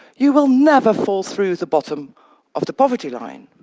you will never fall through the bottom of the poverty line.